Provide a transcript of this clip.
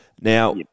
Now